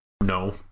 no